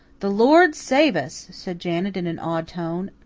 the lord save us! said janet in an awed tone.